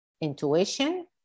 intuition